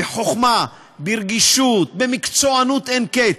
בחוכמה, ברגישות, במקצוענות אין-קץ.